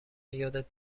یادت